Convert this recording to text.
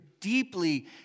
deeply